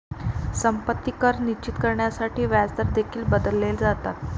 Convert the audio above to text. संपत्ती कर निश्चित करण्यासाठी व्याजदर देखील बदलले जातात